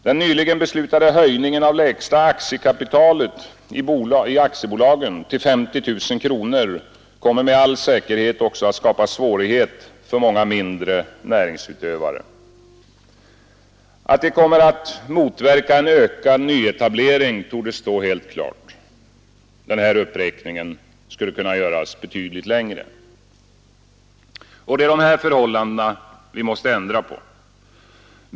Den nyligen beslutade höjningen av lägsta aktiekapitalet i aktiebolag till 50 000 kronor kommer med all säkerhet också att skapa sv righeter för många mindre näringsutövare. Att den kommer att motverka en ökad nyetablering torde stå helt klart. Uppräkningen skulle kunna göras betydligt längre. Det är de här förhållandena vi måste ändra på.